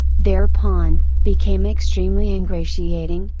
thereupon, became extremely ingratiating,